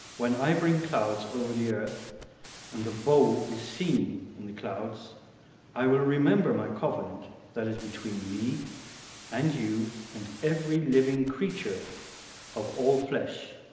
when i bring clouds over the earth and the bow is seen in the clouds i will remember my covenant that is between me and you and every living creature of all flesh